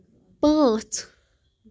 پانٛژھ